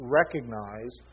recognize